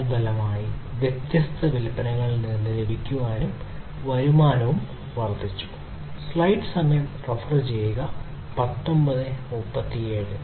തൽഫലമായി വ്യത്യസ്ത വിൽപ്പനകളിൽ നിന്ന് ലഭിക്കുന്ന വരുമാനവും വർദ്ധിച്ചു